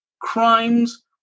crimes